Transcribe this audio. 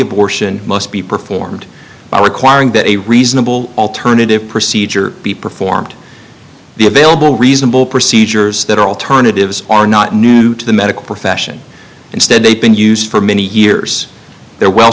abortion must be performed by requiring that a reasonable alternative procedure be performed the available reasonable procedures that are alternatives are not new to the medical profession instead they've been used for many years they're well